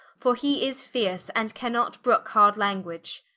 for he is fierce, and cannot brooke hard language